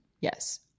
Yes